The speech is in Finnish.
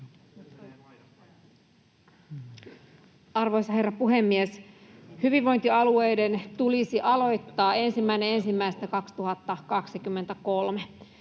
Arvoisa herra puhemies! Hyvinvointialueiden tulisi aloittaa 1.1.2023.